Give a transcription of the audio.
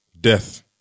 death